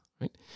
right